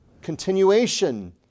continuation